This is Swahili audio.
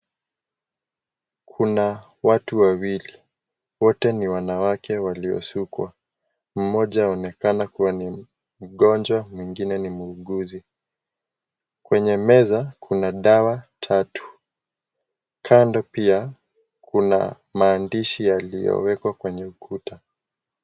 Kuna watu wawili. Wote ni wanawake waliosukwa. Mmoja anaonekana kuwa mgonjwa mwingine ni muuguzi. Kwenye meza, kuna dawa tatu. Kando pia, kuna maandishi yaliyowekwa kwenye ukuta.